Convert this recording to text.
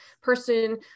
person